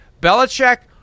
Belichick